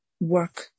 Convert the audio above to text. work